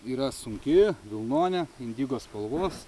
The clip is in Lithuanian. yra sunki vilnonė indigo spalvos